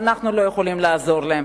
ואנחנו לא יכולים לעזור להם.